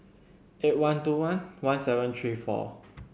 eight one two one one seven three four